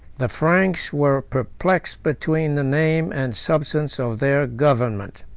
the franks were perplexed between the name and substance of their government.